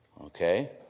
Okay